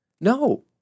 No